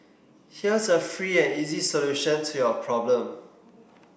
here's a free and easy solution to your problem